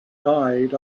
died